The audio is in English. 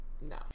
No